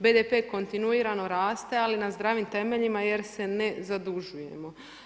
BDP kontinuirano raste ali na zdravim temeljima jer se ne zadužujemo.